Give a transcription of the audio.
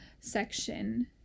section